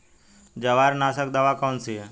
जवार नाशक दवा कौन सी है?